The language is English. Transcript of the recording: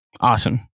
awesome